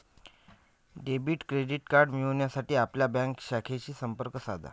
debit credit card मिळविण्यासाठी आपल्या bank शाखेशी संपर्क साधा